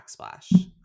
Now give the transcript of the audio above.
backsplash